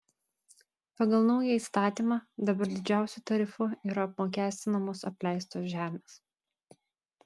pagal naują įstatymą dabar didžiausiu tarifu yra apmokestinamos apleistos žemės